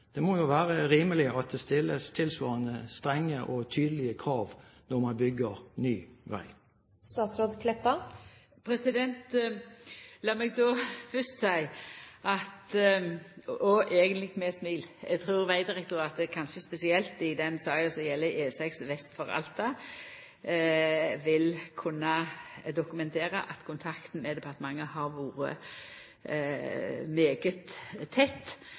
Det må jo være rimelig at det stilles tilsvarende strenge og tydelige krav når man bygger ny vei. Lat meg då fyrst seia – og eigentleg med eit smil – at eg trur at Vegdirektoratet, kanskje spesielt i den saka som gjeld E6 vest for Alta, vil kunna dokumentera at kontakten med departementet har vore svært tett